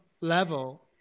level